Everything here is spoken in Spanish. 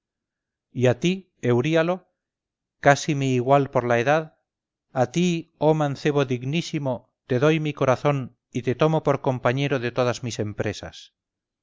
y a ti euríalo casi mi igual por la edad a ti oh mancebo dignísimo te doy mi corazón y te tomo por compañero de todas mis empresas